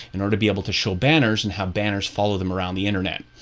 in order to be able to show banners and have banners follow them around the internet.